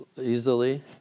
easily